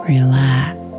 Relax